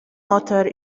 water